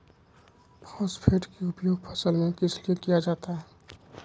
Phosphate की उपयोग फसल में किस लिए किया जाता है?